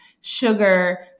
sugar